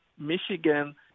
Michigan